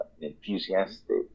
enthusiastic